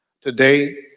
Today